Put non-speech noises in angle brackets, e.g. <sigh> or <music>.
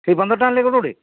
ସେଇ ପନ୍ଦର ଟଙ୍କା ଲେଖା <unintelligible>